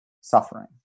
suffering